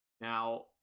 now